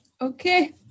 Okay